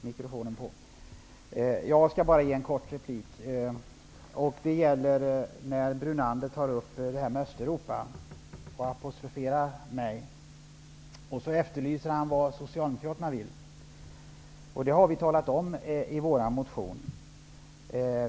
Herr talman! Jag skall ge en kort replik. Lennart Brunander talade om Östeuropa och apostroferade mig. Han efterlyste vad Socialdemokraterna vill. Vi har talat om det i vår motion.